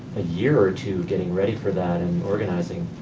a year or two, getting ready for that and organizing.